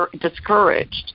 discouraged